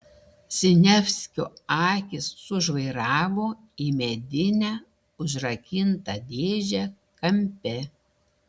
siniavskio akys sužvairavo į medinę užrakintą dėžę kampe